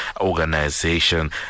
organization